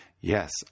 Yes